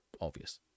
obvious